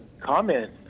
comment